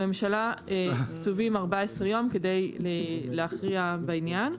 לממשלה קצובים 14 ימים כדי להכריע בעניין.